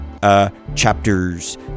Chapters